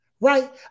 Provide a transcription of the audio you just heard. Right